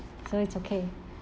so it's okay